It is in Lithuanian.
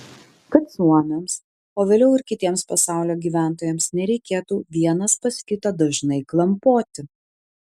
kad suomiams o vėliau ir kitiems pasaulio gyventojams nereikėtų vienas pas kitą dažnai klampoti